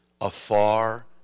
afar